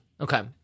okay